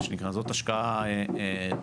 מה שנקרא: זאת השקעה טובה.